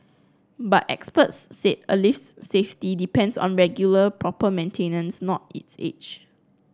but experts said a lift's safety depends on regular proper maintenance not its age